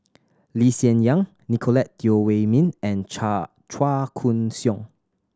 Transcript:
Lee Hsien Yang Nicolette Teo Wei Min and Chua Chua Koon Siong